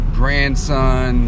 grandson